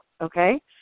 okay